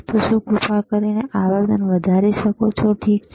તો શું તમે કૃપા કરીને આવર્તન વધારી શકો છો ઠીક છે